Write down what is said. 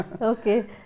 Okay